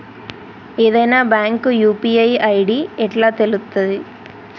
ఏదైనా bank UPI ID ఎట్లా తెలుత్తది?